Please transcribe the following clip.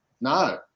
no